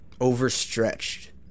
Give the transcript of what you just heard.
overstretched